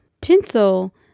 Tinsel